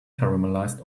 caramelized